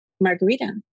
Margarita